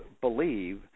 believe